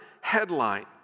headline